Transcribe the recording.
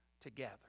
together